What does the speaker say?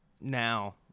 now